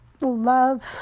love